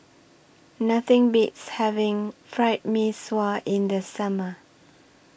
Nothing Beats having Fried Mee Sua in The Summer